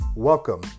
Welcome